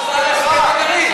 הסכם הגרעין,